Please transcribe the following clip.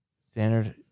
Standard